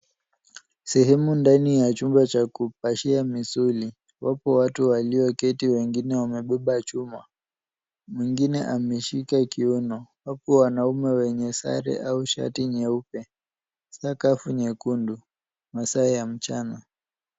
Sehemu ndani ya chumba cha kupashia misuli. Wapo watu walioketi wengine wamebeba chuma. Mwingine ameshika kiuno. Wapo wanaume wenye sare au shati nyeupe. Skafu nyekundu. Masaa ya mchana.